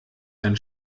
dann